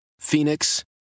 Phoenix